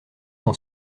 son